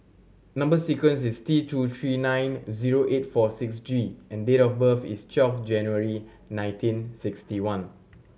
number sequence is T two three nine zero eight four six G and date of birth is twelve January nineteen sixty one